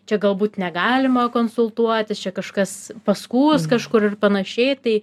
čia galbūt negalima konsultuotis čia kažkas paskųs kažkur ir panašiai tai